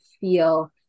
feel